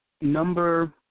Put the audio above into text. Number